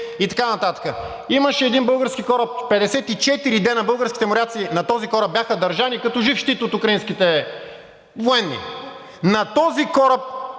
и така нататък. Имаше един български кораб – 54 дена българските моряци на този кораб, бяха държани като жив щит от украинските военни. На този кораб